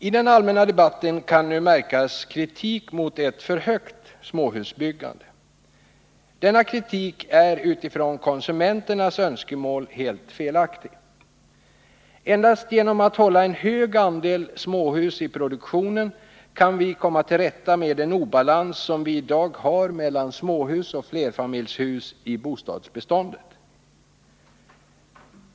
I den allmänna debatten kan nu märkas kritik mot ett för högt småhusbyggande. Denna kritik är utifrån konsumenternas önskemål helt felaktig. Endast genom att hålla en hög andel småhus i produktionen kan vi komma till rätta med den obalans som vi i dag har mellan småhus och flerfamiljshus i bostadsbeståndet.